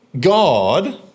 God